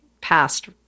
past